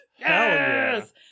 Yes